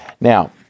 now